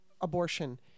abortion